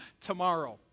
tomorrow